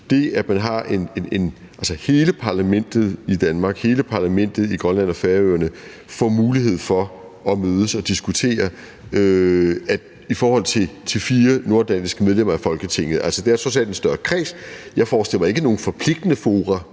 det, at hele parlamentet i Danmark og hele parlamentet i Grønland og på Færøerne får mulighed for at mødes og diskutere, i forhold til fire nordatlantiske medlemmer af Folketinget. Det er trods alt en større kreds. Jeg forestiller mig ikke nogen forpligtende fora.